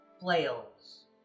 flails